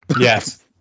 Yes